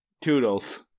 toodles